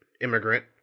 immigrant